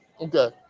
Okay